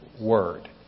word